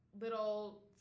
little